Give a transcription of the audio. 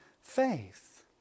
faith